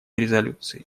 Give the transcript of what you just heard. резолюции